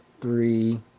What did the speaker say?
three